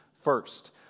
First